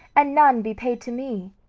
and none be paid to me?